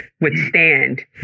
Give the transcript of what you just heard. withstand